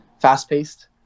Fast-paced